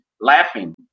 laughing